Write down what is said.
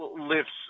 lifts